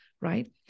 right